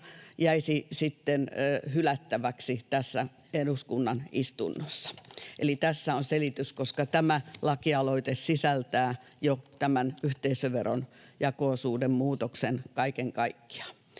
jäisi sitten hylättäväksi tässä eduskunnan istunnossa — eli tässä on selitys: tämä lakialoite sisältää jo tämän yhteisöveron jako-osuuden muutoksen kaiken kaikkiaan.